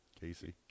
Casey